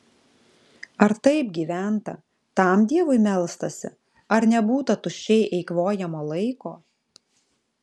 ar taip gyventa tam dievui melstasi ar nebūta tuščiai eikvojamo laiko